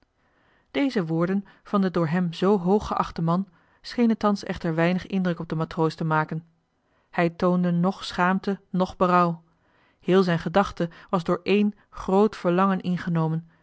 deze woorden van den door hem zoo hooggeachten man schenen thans echter weinig indruk op den matroos te maken hij toonde noch schaamte noch berouw heel zijn gedachte was door één groot verlangen ingenomen